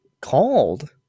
called